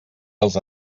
els